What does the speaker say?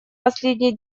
последнее